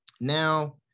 Now